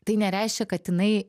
tai nereiškia kad jinai